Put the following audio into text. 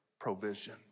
provision